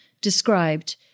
described